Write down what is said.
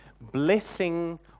blessing